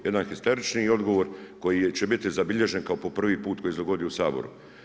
Jedan histerični odgovor koji će biti zabilježen kao po prvi put koji se dogodio u Saboru.